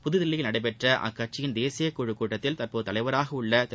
புதுதில்லியில் நடைபெற்ற அக்கட்சியின் தேசியக்குழுக் கூட்டத்தில் தற்போது தலைவராக உள்ள திரு